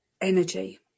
energy